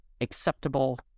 acceptable